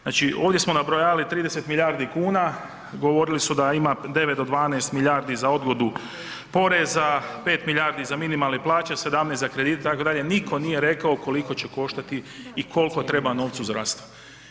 Znači, ovdje smo nabrojali 30 milijardi kuna, govorili su da ima 9 do 12 milijardi za odgodu poreza, 5 milijardi za minimalne plaće, 17 za kredite itd., niko nije rekao koliko će koštati i kolko treba novca zdravstvu.